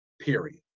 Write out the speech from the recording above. Period